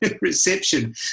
reception